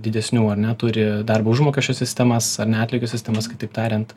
didesnių ar ne turi darbo užmokesčio sistemas ar ne atlygio sistemas kitaip tariant